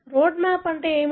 road map అంటే ఏమిటి